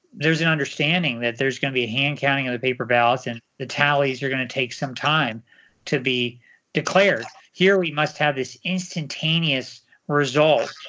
there is an understanding that there's going to be a hand counting of the paper ballots, and the tallies you're going to take some time to be declared. here, we must have this instantaneous result,